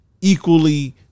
equally